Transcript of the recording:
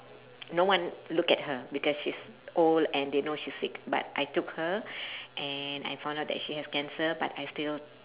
no one look at her because she's old and they know she's sick but I took her and I found out that she has cancer but I still